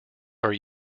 are